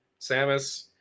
Samus